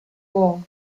war